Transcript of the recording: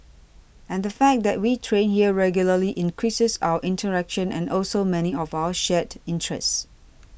and the fact that we train here regularly increases our interaction and also many of our shared interests